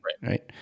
right